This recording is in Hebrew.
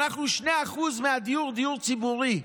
אצלנו 2% מהדיור הוא דיור ציבורי,